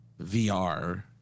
VR